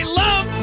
love